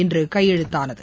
இன்று கையெழுத்தானது